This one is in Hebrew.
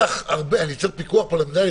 כמה ענפים שלו ענף אחד החקיקה, והשני זה.